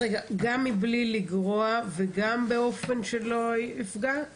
גם "מבלי לגרוע" וגם "באופן שלא יפגע בצורכי החקירה"?